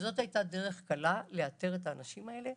זאת הייתה דרך קלה לאתר את האנשים האלה,